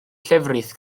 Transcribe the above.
llefrith